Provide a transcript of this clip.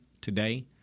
today